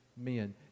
men